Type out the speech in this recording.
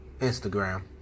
Instagram